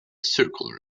circular